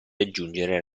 aggiungere